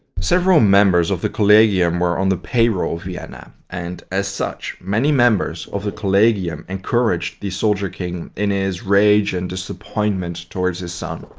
several members of the kollegium were on the pay-roll of vienna, and as such, many members of the kollegium encouraged the soldier king in his rage and disappointment towards his son.